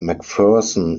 mcpherson